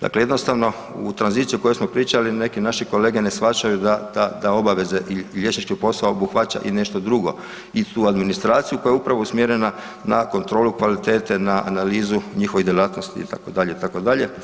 Dakle, jednostavno u tranziciji o kojoj smo pričali neki naši kolege ne shvaćaju da, da, da obaveze i liječnički posao obuhvaća i nešto drugo i tu administraciju koja je upravo usmjerena na kontrolu kvalitete, na analizu njihovih djelatnosti itd. itd.